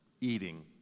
eating